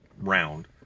round